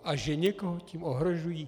A že někoho tím ohrožují?